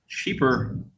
Cheaper